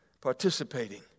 participating